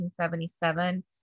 1977